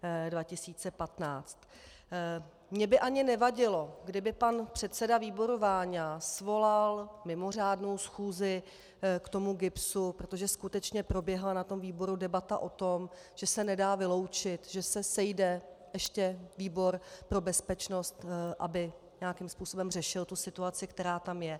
Mně by ani nevadilo, kdyby pan předseda výboru Váňa svolal mimořádnou schůzi k tomu GIBSu, protože skutečně proběhla na výboru debata o tom, že se nedá vyloučit, že se sejde ještě výbor pro bezpečnost, aby nějakým způsobem řešil tu situaci, která tam je.